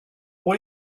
pour